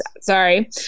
Sorry